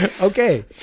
okay